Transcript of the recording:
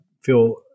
feel